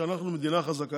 כשאנחנו מדינה חזקה,